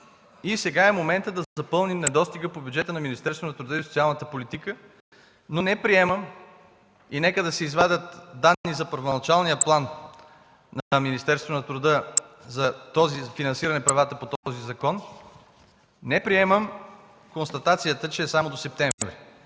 и сега е моментът да запълним недостига по бюджета на Министерството на труда и социалната политика. Нека да се извадят данни за първоначалния план на Министерството на труда и социалната политика за финансиране правата по този закон. Не приемам констатацията, че е само до месец септември.